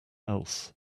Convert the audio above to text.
else